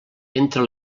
entra